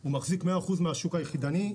כי הוא מחזיק 100% מהשוק היחידני,